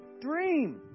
dream